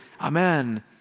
Amen